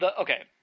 Okay